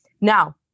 Now